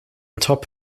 top